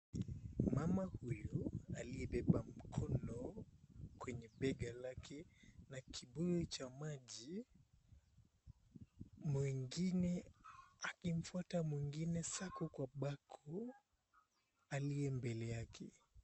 Mama huyu aliyebeba mkono kwenye bega lake na kibuyu cha maji mwingine akimfuata mwingine sako kwa bako aliye mbele yake.